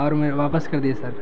اور میں واپس کر دییے سر